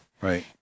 right